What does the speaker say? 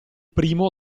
primo